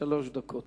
שלוש דקות.